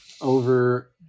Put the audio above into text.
over